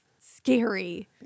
scary